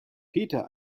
peter